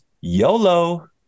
YOLO